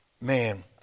man